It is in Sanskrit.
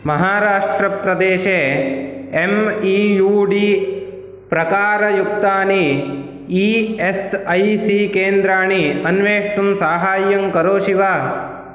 महाराष्ट्रप्रदेशे एम् ई यू डी प्रकारयुक्तानि ई एस् ऐ सी केन्द्राणि अन्वेष्टुं साहाय्यं करोषि वा